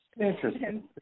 Interesting